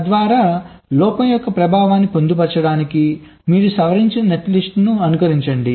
తద్వారా లోపం యొక్క ప్రభావాన్ని పొందుపరచడానికి మీరు సవరించిన నెట్లిస్ట్ను అనుకరించండి